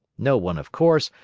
no one, of course,